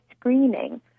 screening